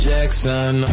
Jackson